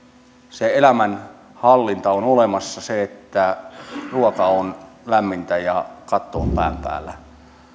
se elämänhallinta on olemassa että ruoka on lämmintä ja katto on pään päällä